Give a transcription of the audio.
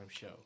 show